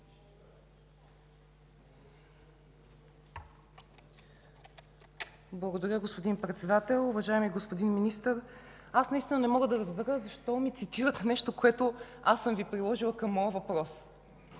Благодаря, господин Председател. Уважаеми господин Министър, аз наистина не мога да разбера защо ми цитирате нещо, което аз съм Ви приложила към моя въпрос.